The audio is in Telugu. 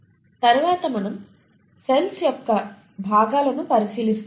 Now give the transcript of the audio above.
తర్వాత మనం సెల్స్ యొక్క భాగాలను పరిశీలిస్తాము